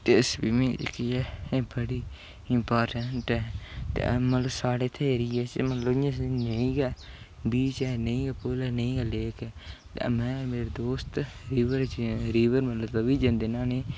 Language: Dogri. ते स्विमिंग जेहकी ऐ बड़ी ते मतलव साढ़े इत्थै एरिये च नेईं गै बीच ऐ नेईं गै लेक ऐ ते में ते मेरे दोस्त रिवर च मतलव तवी जन्ने आं न्हाने गी